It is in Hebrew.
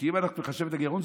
כי אם אנחנו נחשב את הגירעון,